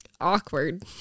awkward